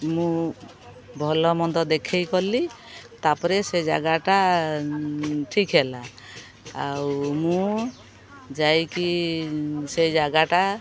ମୁଁ ଭଲମନ୍ଦ ଦେଖେଇ କଲି ତାପରେ ସେ ଜାଗାଟା ଠିକ୍ ହେଲା ଆଉ ମୁଁ ଯାଇକି ସେ ଜାଗାଟା